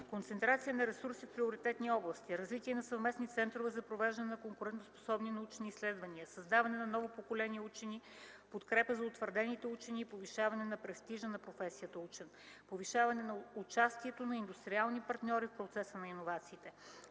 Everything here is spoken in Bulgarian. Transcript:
Концентрация на ресурси в приоритетни области; - Развитие на съвременни центрове за провеждане на конкурентноспособни научни изследвания; - Създаване на ново поколение учени, подкрепа за утвърдените учени и повишаване на престижа на професията „учен”; - Повишаване на участието на индустриални партньори в процеса на иновациите;